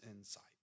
insight